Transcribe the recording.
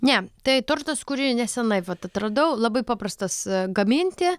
ne tai tortas kurį nesenai vat atradau labai paprastas gaminti